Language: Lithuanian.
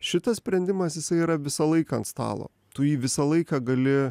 šitas sprendimas jisai yra visą laiką ant stalo tu jį visą laiką gali